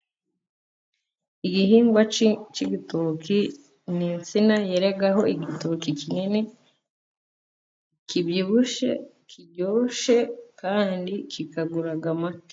Igihingwa cy'igitoki ni insina yeraho igitoki kinini kibyibushye kiryoshye, kandi kikagura make.